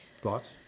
Thoughts